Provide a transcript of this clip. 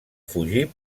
fugir